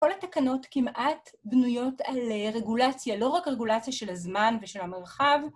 כל התקנות כמעט בנויות על רגולציה, לא רק רגולציה של הזמן ושל המרחב...